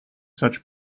such